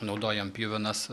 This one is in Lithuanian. naudojam pjuvenas